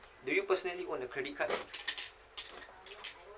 do you personally own a credit card